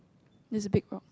this big rock